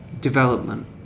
development